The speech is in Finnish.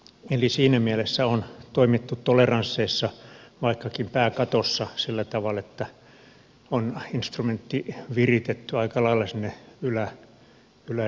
eli siinä mielessä on toimittu toleransseissa vaikkakin pää katossa sillä tavalla että on instrumentti viritetty aika lailla sinne ylärekisteriin